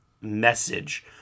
message